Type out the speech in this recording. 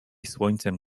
słońcem